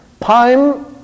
time